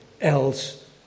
else